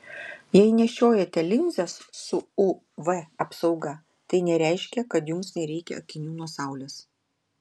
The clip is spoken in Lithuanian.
jei nešiojate linzes su uv apsauga tai nereiškia kad jums nereikia akinių nuo saulės